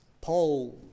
Paul